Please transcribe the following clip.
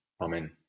Amen